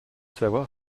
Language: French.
savoir